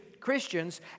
Christians